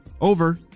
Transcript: Over